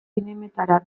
zinemetara